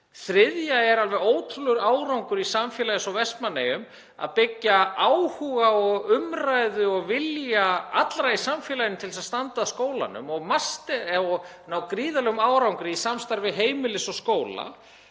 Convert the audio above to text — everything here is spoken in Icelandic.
þriðja er alveg ótrúlegur árangur í samfélagi eins og Vestmannaeyjum í að byggja upp áhuga, umræðu og vilja allra í samfélaginu til að standa að skólanum og ná gríðarlegum árangri í samstarfi heimilis og skóla.